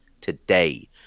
today